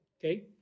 okay